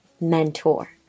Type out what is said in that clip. mentor